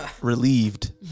Relieved